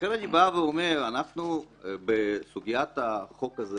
ולכן אני אומר בסוגיית החוק הזה